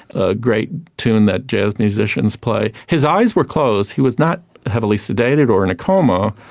a great tune that jazz musicians play. his eyes were closed. he was not heavily sedated or in a coma.